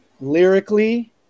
Lyrically